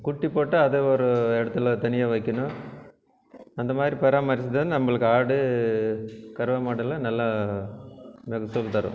குட்டி போட்டால் அதை ஒரு இடத்துல தனியாக வைக்கணும் அந்தமாதிரி பராமரித்துதான் நம்மளுக்கு ஆடு கறைவ மாடு எல்லாம் நல்லா மகசூல் தரும்